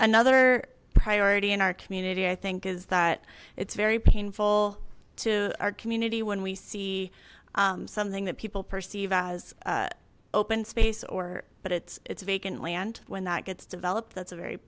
another priority in our community i think is that it's very painful to our community when we see something that people perceive as a open space or but it's it's vacant land when that gets developed that's a very